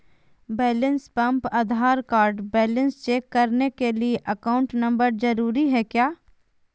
Balance पंप Aadhaar card balance check करने के लिए अकाउंट नंबर जरूरी है क्या?